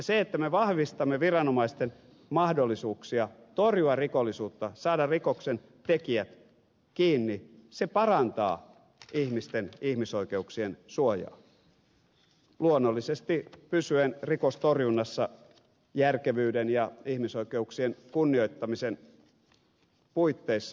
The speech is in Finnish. se että me vahvistamme viranomaisten mahdollisuuksia torjua rikollisuutta saada rikoksentekijät kiinni parantaa ihmisten ihmisoikeuksien suojaa luonnollisesti silloin jos pysytään rikostorjunnassa järkevyyden ja ihmisoikeuksien kunnioittamisen puitteissa